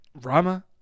Rama